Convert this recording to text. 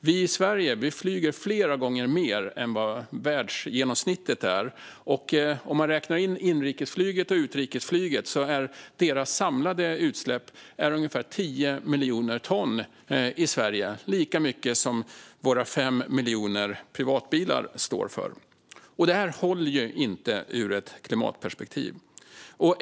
Vi i Sverige flyger flera gånger mer än världsgenomsnittet, och om man räknar in både inrikes och utrikesflyg är de samlade utsläppen ungefär 10 miljoner ton i Sverige - lika mycket som våra 5 miljoner privatbilar står för. Detta håller inte ur ett klimatperspektiv.